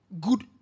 good